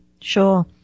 Sure